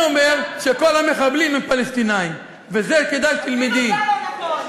אולי את תתביישי, את מתעלמת מהעובדות.